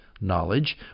knowledge